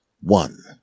one